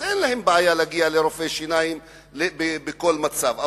אין להם בעיה להגיע לרופא שיניים בכל מצב,